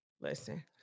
Listen